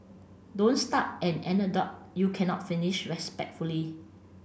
don't start an anecdote you cannot finish respectfully